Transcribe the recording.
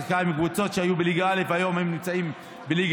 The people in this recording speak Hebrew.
שיחקה עם קבוצות שהיו בליגה א' והיום הן נמצאות בליגת-על.